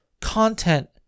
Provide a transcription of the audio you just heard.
content